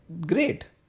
great